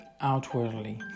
outwardly